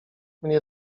mnie